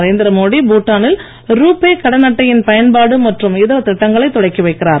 நரேந்திரமோடி பூட்டானில் ரூபே கடன் அட்டையின் பயன்பாடு மற்றும் இதர திட்டங்களை தொடக்கி வைக்கிறார்